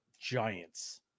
giants